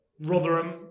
Rotherham